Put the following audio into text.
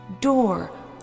Door